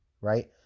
Right